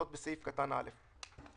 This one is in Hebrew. התקופה שמיום י"ז באדר התשפ"א (1 במרץ 2021)